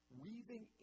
weaving